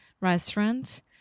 restaurant